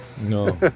No